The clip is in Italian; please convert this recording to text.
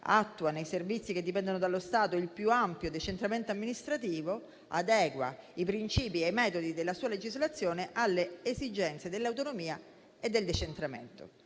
attua nei servizi che dipendono dallo Stato il più ampio decentramento amministrativo; adegua i principi e i metodi della sua legislazione alle esigenze dell'autonomia e del decentramento».